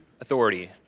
authority